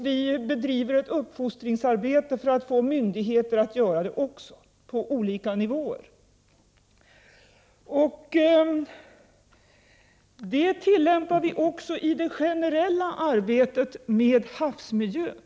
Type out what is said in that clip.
Vi bedriver ett uppfostringsarbete för att få myndigheter att göra detta också på olika nivåer. Detta tillämpar vi också i det generella arbetet med havsmiljön.